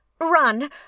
Run